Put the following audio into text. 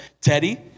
Teddy